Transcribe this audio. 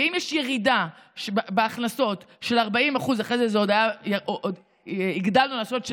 ואם יש ירידה בהכנסות של 40% אחרי זה עוד הגדלנו לעשות,